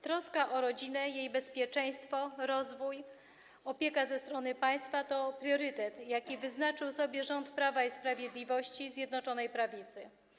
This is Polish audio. Troska o rodzinę, jej bezpieczeństwo, rozwój, opieka ze strony państwa to priorytety, jakie wyznaczył sobie rząd Prawa i Sprawiedliwości i Zjednoczonej Prawicy.